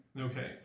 Okay